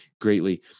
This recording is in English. greatly